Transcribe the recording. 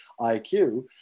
iq